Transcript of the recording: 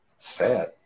sad